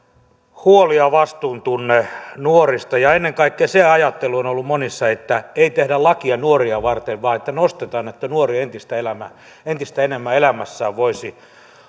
huoli ja vastuuntunne nuorista ja ennen kaikkea se ajattelu on on ollut monissa että ei tehdä lakia nuoria varten vaan että nostetaan näin että nuori entistä enemmän elämässään voisi